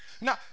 Now